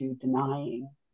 denying